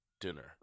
Dinner